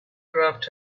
craft